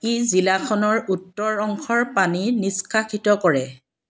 ই জিলাখনৰ উত্তৰ অংশৰ পানী নিষ্কাশিত কৰে